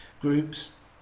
groups